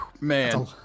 Man